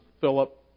Philip